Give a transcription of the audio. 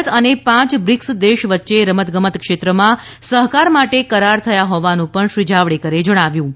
ભારત અને પાંચ બ્રિક્સ દેશ વચ્ચે રમતગમત ક્ષેત્રમાં સહકાર માટે કરાર થયા હોવાનું પણ શ્રી જાવડેકરે જણાવ્યુ હતું